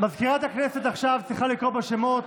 מזכירת הכנסת עכשיו צריכה לקרוא בשמות.